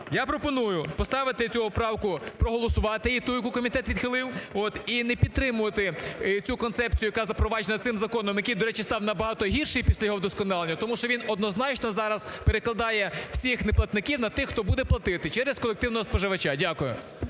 я пропоную поставити цю поправку проголосувати її, ту, яку комітет відхилив, от, і не підтримувати цю концепцію, яка запроваджена цим законом, який, до речі, став набагато гірший після його вдосконалення, тому що він однозначно зараз перекладає всіх неплатників на тих, хто буде платити через колективного споживача. Дякую.